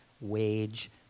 wage